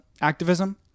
activism